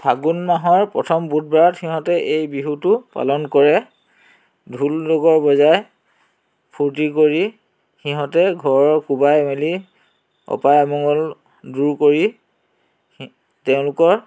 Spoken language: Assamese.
ফাগুন মাহৰ প্ৰথম বুধবাৰত সিহঁতে এই বিহুটো পালন কৰে ঢোল ডগৰ বজাই ফুৰ্তি কৰি সিহঁতে ঘৰৰ সবাই মিলি অপায় অমংগল দূৰ কৰি তেওঁলোকৰ